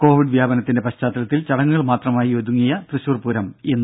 Covid വ്യാപനത്തിന്റെ പശ്ചാത്തലത്തിൽ ചടങ്ങുകൾ മാത്രമായി ഒതുങ്ങിയ തൃശൂർ പൂരം ഇന്ന്